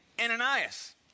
Ananias